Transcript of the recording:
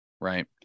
Right